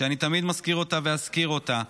שאני תמיד מזכיר אותה ואזכיר אותה,